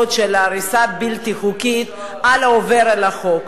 של ההריסה הבלתי-חוקית על העובר על החוק.